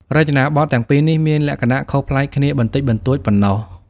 រចនាបថទាំងពីរនេះមានលក្ខណៈខុសប្លែកគ្នាបន្តិចបន្តួចប៉ុណ្ណោះ។